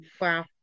Wow